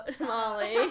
Molly